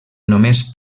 només